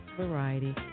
variety